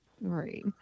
right